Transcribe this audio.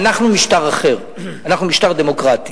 אנחנו משטר אחר, אנחנו משטר דמוקרטי,